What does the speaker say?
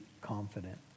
confident